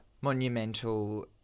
monumental